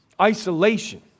isolation